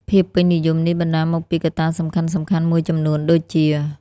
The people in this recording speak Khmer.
ភាពពេញនិយមនេះបណ្ដាលមកពីកត្តាសំខាន់ៗមួយចំនួនដូចជា៖